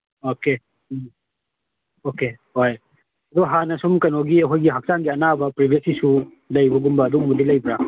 okay um okay ꯍꯣꯏ ꯑꯗꯨ ꯍꯥꯟꯅ ꯁꯨꯝ ꯀꯩꯅꯣꯒꯤ ꯑꯩꯈꯣꯏꯒꯤ ꯍꯛꯆꯥꯡꯒꯤ ꯑꯅꯥꯕ ꯄ꯭ꯔꯦꯕꯦꯠ ꯏꯁꯨ ꯂꯩꯕꯒꯨꯝꯕ ꯑꯗꯨꯒꯨꯝꯕꯗꯤ ꯂꯩꯕ꯭ꯔꯥ